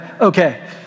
Okay